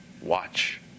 Watch